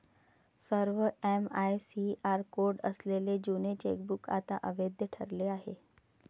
सर्व MICR code असलेले जुने चेकबुक आता अवैध ठरले आहे